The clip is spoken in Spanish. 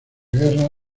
guerra